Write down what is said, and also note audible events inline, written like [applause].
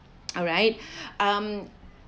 alright [breath] um